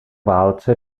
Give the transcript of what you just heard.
válce